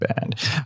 band